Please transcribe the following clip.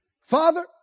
Father